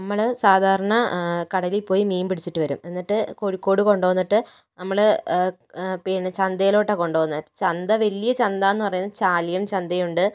നമ്മൾ സാധാരണ കടലിൽ പോയി മീൻ പിടിച്ചിട്ട് വരും എന്നിട്ട് കോഴിക്കോട് കൊണ്ടുവന്നിട്ട് നമ്മൾ പിന്നെ ചന്തയിലോട്ടാണ് കൊണ്ടുപോവുന്നത് ചന്ത വലിയ ചന്തയെന്ന് പറയുന്നത് ചാലിയൻ ചന്തയുണ്ട്